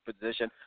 position